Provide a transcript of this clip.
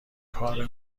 کار